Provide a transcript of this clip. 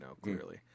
clearly